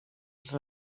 els